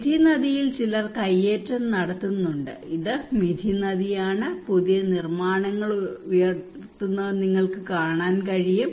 മിഥി നദിയിൽ ചിലർ കയ്യേറ്റം നടത്തുന്നുണ്ട് ഇത് മിഥി നദിയാണ് പുതിയ നിർമ്മാണങ്ങൾ ഉണർത്തുന്നത് നിങ്ങൾക്ക് കാണാൻ കഴിയും